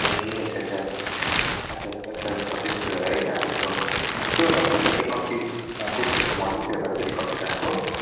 ए अच्छा अच्छा अच्छा अच्छा छब्बिस है दाम त्यसको त्योभन्दा अलिकति कम्तिमा कुन चाहिँ छ मोडल त्योभन्दा अलिकति कम्ति दामको